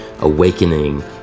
awakening